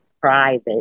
private